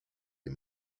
des